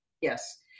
yes